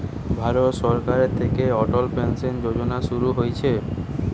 ভারত সরকার থিকে অটল পেনসন যোজনা শুরু হইছে